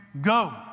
go